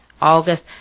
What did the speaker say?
August